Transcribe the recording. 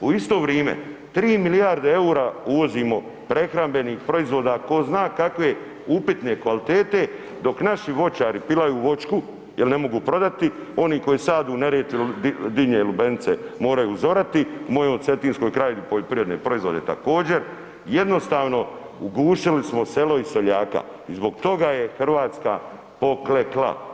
U isto vrijeme 3 milijarde eura uvozimo prehrambenih proizvoda tko zna kakve upitne kvalitete, dok naši voćari pilaju voćku jer ne mogu prodati, oni koji sade u Neretvi ili dinje i lubenice moraju uzorati, u mojoj Cetinskoj krajini poljoprivredne proizvode također, jednostavno ugušili smo selo i seljaka i zbog toga je Hrvatska poklekla.